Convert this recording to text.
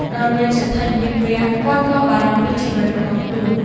ដល់វេនសេដ្ឋីយាមវាំង គាត់ក៏បារម្ភពីជីវិតរបស់ខ្លួន។